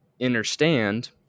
understand